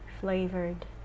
flavored